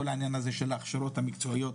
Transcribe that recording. הנושא של הכשרות מקצועיות,